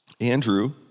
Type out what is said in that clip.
Andrew